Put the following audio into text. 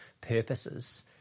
purposes